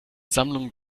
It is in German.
sammlung